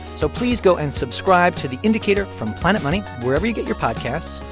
so please go and subscribe to the indicator from planet money wherever you get your podcasts.